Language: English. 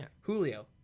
Julio